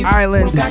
island